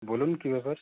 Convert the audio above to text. বলুন কী ব্যাপার